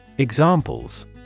Examples